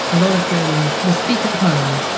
a lot of them will speak at home,